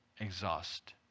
exhaust